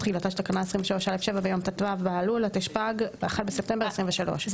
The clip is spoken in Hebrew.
תחילתה של תקנה 23(א)(7) ביום ט"ו באלול התשפ"ג (1 בספטמבר 2023). זה